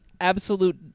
absolute